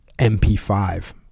MP5